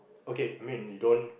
okay I mean you don't